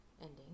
ending